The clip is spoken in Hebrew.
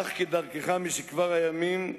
אך כדרכך משכבר הימים,